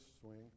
swing